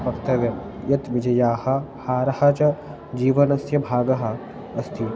वक्तव्यं यत् विजयः हारः च जीवनस्य भागः अस्ति